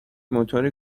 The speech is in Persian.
موتور